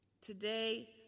Today